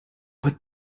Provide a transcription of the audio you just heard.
put